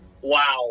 Wow